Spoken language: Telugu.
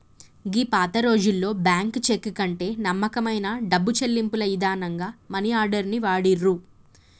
గీ పాతరోజుల్లో బ్యాంకు చెక్కు కంటే నమ్మకమైన డబ్బు చెల్లింపుల ఇదానంగా మనీ ఆర్డర్ ని వాడిర్రు